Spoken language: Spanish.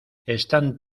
están